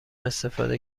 استفاده